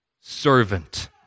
servant